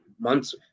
months